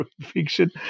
fiction